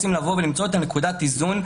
אנחנו רוצים למצוא את נקודת האיזון,